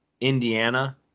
Indiana